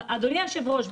אדוני היושב-ראש,